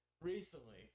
recently